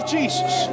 Jesus